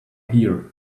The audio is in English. here